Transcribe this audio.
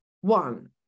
one